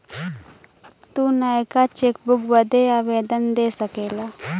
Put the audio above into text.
तू नयका चेकबुक बदे आवेदन दे सकेला